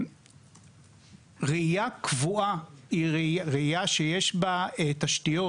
רעייה קבועה היא רעייה שיש בה תשתיות.